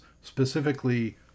specifically